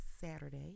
saturday